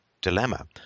dilemma